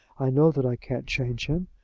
i know that i can't change him,